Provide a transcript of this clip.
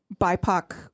BIPOC